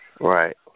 right